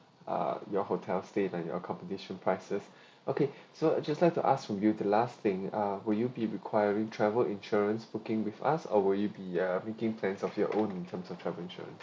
ah your hotel stay than your competition prices okay so I just like to ask from you the last thing ah will you be requiring travel insurance looking with us or would you be uh making plans of your own in terms of travel insurance